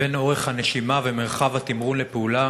לבין אורך הנשימה ומרחב התמרון לפעולה